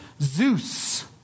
Zeus